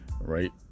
right